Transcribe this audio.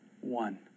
one